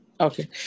Okay